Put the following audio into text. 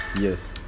Yes